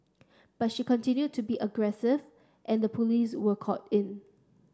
but she continued to be aggressive and the police were called in